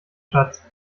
schatz